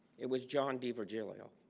it was john d virgilio